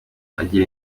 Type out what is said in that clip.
akajya